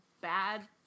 bad